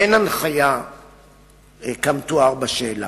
אין הנחיה כמתואר בשאלה.